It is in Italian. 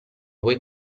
voi